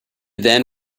then